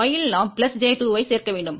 Y இல் நாம் j 2 ஐ சேர்க்க வேண்டும்